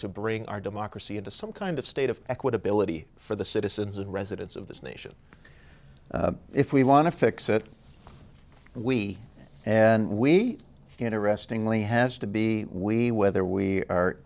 to bring our democracy into some kind of state of equitability for the citizens and residents of this nation if we want to fix it we and we interestingly has to be we whether we are